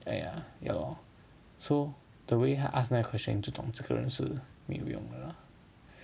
!aiya! ya lor so the way he ask like that question 你就懂这个人没有用的 lah